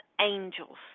angels